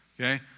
okay